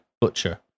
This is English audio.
Butcher